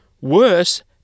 worse